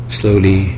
slowly